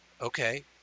okay